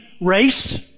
race